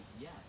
Yes